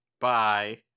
Bye